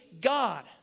God